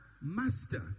master